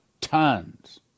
Tons